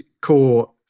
core